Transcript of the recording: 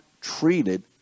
treated